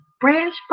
branch